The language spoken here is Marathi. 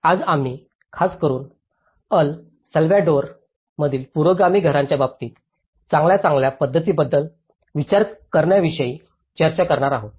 आज आम्ही खासकरुन अल साल्वाडोर मधील पुरोगामी घरांच्या बाबतीत चांगल्या चांगल्या पद्धतींबद्दल विचार करण्याविषयी चर्चा करणार आहोत